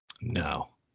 no